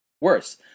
Worse